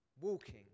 walking